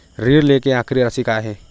ऋण लेके आखिरी राशि का हे?